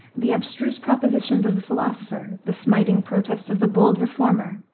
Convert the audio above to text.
the abstruse propositions of the philosopher, the smiting protests of the bold reformer,